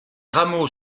rameaux